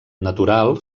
natural